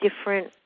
different